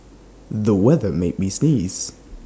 the weather made me sneeze